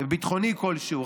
ביטחוני כלשהו,